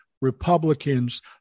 Republicans